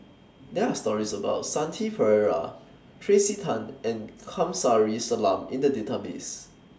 There Are stories about Shanti Pereira Tracey Tan and Kamsari Salam in The Database